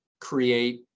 create